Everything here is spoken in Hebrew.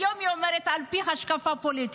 אם היום היא אומרת שזה על פי ההשקפה הפוליטית,